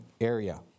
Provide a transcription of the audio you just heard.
area